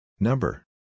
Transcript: Number